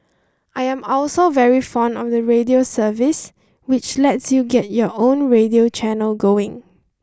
I am also very fond of the radio service which lets you get your own radio channel going